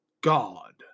God